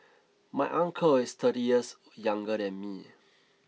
my uncle is thirty years younger than me